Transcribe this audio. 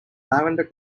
lavender